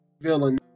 villain